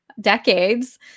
decades